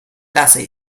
lasse